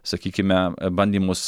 sakykime bandymus